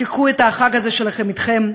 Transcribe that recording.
תיקחו את החג הזה שלכם אתכם,